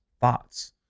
thoughts